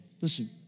Listen